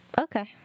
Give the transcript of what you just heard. Okay